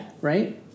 Right